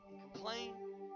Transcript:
complain